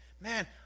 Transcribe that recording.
Man